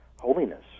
holiness